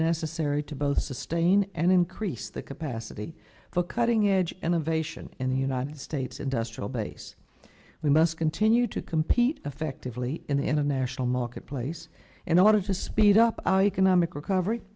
necessary to both sustain and increase the capacity for cutting edge innovation in the united states industrial base we must continue to compete effectively in the international marketplace and i want to speed up our economic recovery